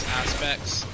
aspects